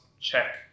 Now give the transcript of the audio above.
check